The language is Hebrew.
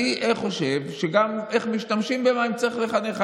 אני חושב שגם איך להשתמש במים צריך לחנך.